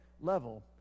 level